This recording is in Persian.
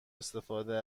استفاده